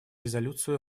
резолюцию